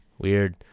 Weird